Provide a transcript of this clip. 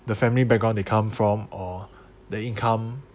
the family background they come from or the income